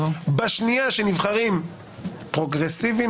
בשנייה שנבחרים פרוגרסיביים,